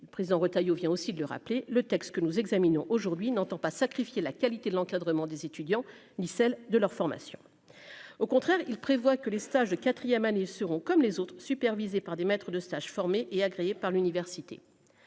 président Retailleau vient aussi de le rappeler, le texte que nous examinons aujourd'hui n'entend pas sacrifier la qualité de l'encadrement des étudiants ni celle de leur formation, au contraire, il prévoit que les stages de quatrième année seront comme les autres, supervisé par des maîtres de stage formés et agréés par l'université,